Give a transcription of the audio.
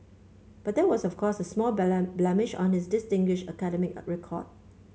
but that was of course a small blemish on this distinguished academic record